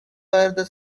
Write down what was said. further